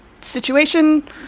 situation